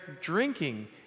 drinking